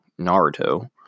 Naruto